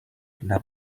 l’a